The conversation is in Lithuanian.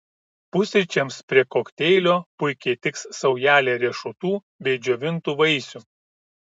pusryčiams prie kokteilio puikiai tiks saujelė riešutų bei džiovintų vaisių